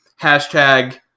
hashtag